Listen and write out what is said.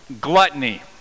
gluttony